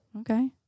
Okay